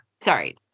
sorry